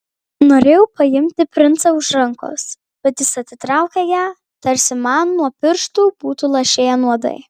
norėjau paimti princą už rankos bet jis atitraukė ją tarsi man nuo pirštų būtų lašėję nuodai